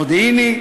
מודיעיני,